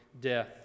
death